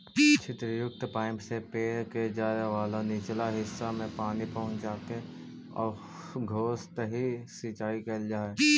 छिद्रयुक्त पाइप से पेड़ के जड़ वाला निचला हिस्सा में पानी पहुँचाके अधोसतही सिंचाई कैल जा हइ